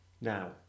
Now